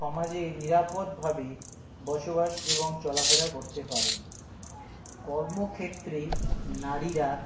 সমাজে নিরাপদভাবে বসবাস এবং চলাফেরা করতে পারে কর্মক্ষেত্রেই নারীরা